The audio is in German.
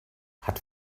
hat